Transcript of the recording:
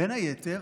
בין היתר